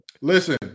Listen